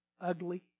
ugly